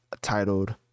titled